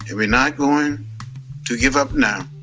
and we're not going to give up now.